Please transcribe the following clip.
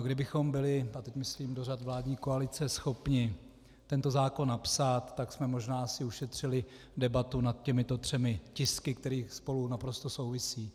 Kdybychom byli, a teď myslím do řad vládní koalice, schopni tento zákon napsat, tak jsme si možná ušetřili debatu nad těmito třemi tisky, které spolu naprosto souvisejí.